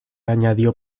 añadió